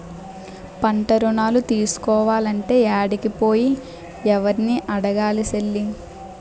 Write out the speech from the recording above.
పంటరుణాలు తీసుకోలంటే యాడికి పోయి, యెవుర్ని అడగాలి సెల్లీ?